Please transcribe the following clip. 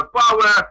power